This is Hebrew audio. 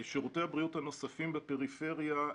שירותי הבריאות הנוספים בפריפריה,